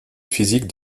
physique